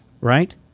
Right